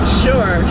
sure